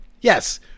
Yes